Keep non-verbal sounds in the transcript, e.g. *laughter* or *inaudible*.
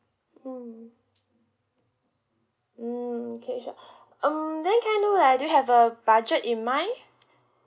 mm mm okay sure *breath* mm then can I know right do you have a budget in mind